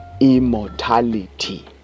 immortality